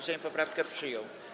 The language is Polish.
Sejm poprawkę przyjął.